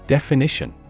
Definition